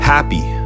Happy